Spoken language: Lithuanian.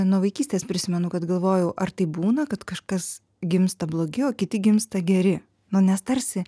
nuo vaikystės prisimenu kad galvojau ar taip būna kad kažkas gimsta blogi o kiti gimsta geri na nes tarsi